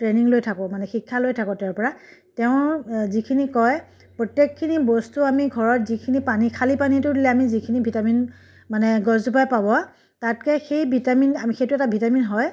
training লৈ থাকোঁ মানে শিক্ষা লৈ থাকোঁ তেওঁৰ পৰা তেওঁৰ যিখিনি কয় প্ৰত্যেকখিনি বস্তু আমি ঘৰত যিখিনি পানী খালী পানীটো দিলে আমি যিখিনি ভিটামিন মানে গছজোপাই পাব তাতকৈ সেই ভিটামিন আমি সেইটো এটা ভিটামিন হয়